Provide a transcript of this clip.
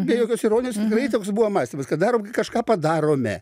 be jokios ironijos tikrai toks buvo mąstymas kad darom kažką padarome